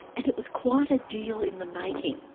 and it was quite a deal in the making.